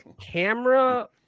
camera